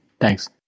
Thanks